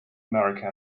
america